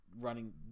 running